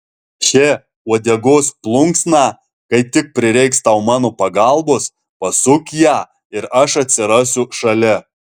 še uodegos plunksną kai tik prireiks tau mano pagalbos pasuk ją ir aš atsirasiu šalia